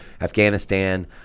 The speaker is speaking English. Afghanistan